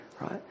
Right